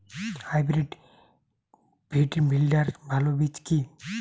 Hybrid ভিন্ডির ভালো বীজ কি?